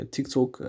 TikTok